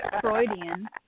Freudian